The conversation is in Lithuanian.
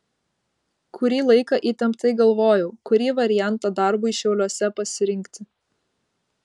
kurį laiką įtemptai galvojau kurį variantą darbui šiauliuose pasirinkti